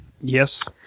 Yes